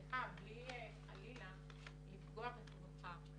סליחה, בלי, חלילה, לפגוע בכבודך.